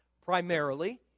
primarily